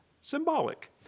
Symbolic